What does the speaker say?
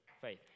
faith